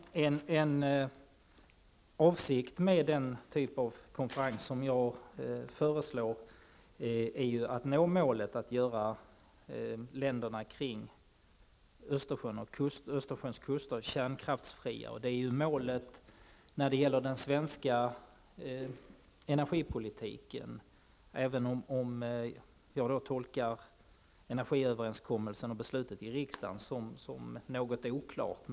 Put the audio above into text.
Herr talman! En avsikt med den typ av konferens som jag föreslår är att nå målet att göra länderna kring Östersjöns kuster kärnkraftsfria. Det är också målet för den svenska energipolitiken, även om jag tolkar energiöverenskommelsen och beslutet i riksdagen som något oklart.